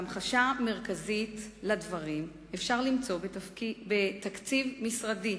המחשה מרכזית לדברים אפשר למצוא בתקציב משרדי,